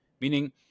meaning –